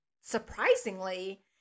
surprisingly